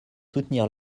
soutenir